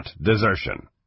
desertion